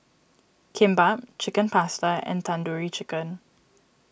Kimbap Chicken Pasta and Tandoori Chicken